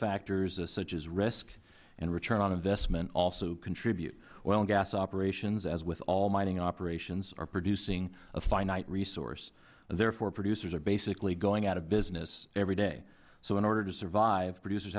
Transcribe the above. factors such as risk and return on investment also contribute oil and gas operations as with all mining operations are producing a finite resource therefore producers are basically going out of business every day so in order to survive producers